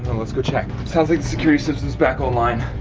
and let's go check. sounds like the security system is back online.